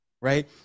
Right